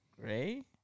gray